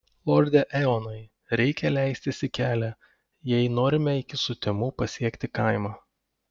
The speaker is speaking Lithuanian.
lorde eonai reikia leistis į kelią jei norime iki sutemų pasiekti kaimą